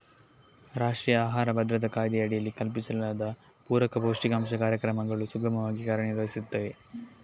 ರಾಷ್ಟ್ರೀಯ ಆಹಾರ ಭದ್ರತಾ ಕಾಯ್ದೆಯಡಿಯಲ್ಲಿ ಕಲ್ಪಿಸಲಾದ ಪೂರಕ ಪೌಷ್ಟಿಕಾಂಶ ಕಾರ್ಯಕ್ರಮಗಳು ಸುಗಮವಾಗಿ ಕಾರ್ಯ ನಿರ್ವಹಿಸುತ್ತಿವೆ